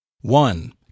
One